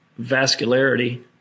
vascularity